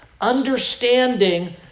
understanding